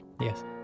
Yes